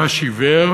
שחש עיוור